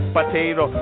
Potato